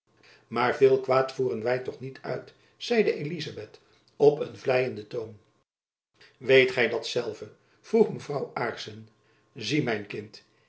maar veel kwaad voeren wy toch niet uit zeide elizabeth op een vleienden toon weet gy dat zelve vroeg mevrouw aarssen zie mijn kind